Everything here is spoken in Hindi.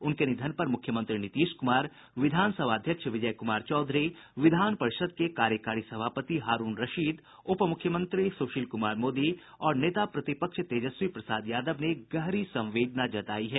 उनके निधन पर मुख्यमंत्री नीतीश कुमार विधानसभा अध्यक्ष विजय कुमार चौधरी विधान परिषद के कार्यकारी सभापति हारूण रशीद उपमुख्यमंत्री सुशील कुमार मोदी और नेता प्रतिपक्ष तेजस्वी प्रसाद यादव ने गहरी संवेदना जतायी है